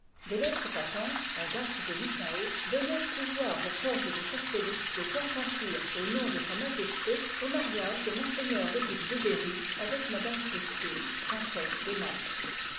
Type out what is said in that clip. des lettres patentes en date de mittau donnèrent pouvoir au comte de chastellux de consentir au nom de sa majesté au mariage de ms le duc de berry avec m christine princesse de naples